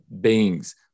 beings